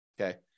okay